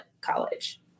college